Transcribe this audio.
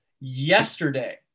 yesterday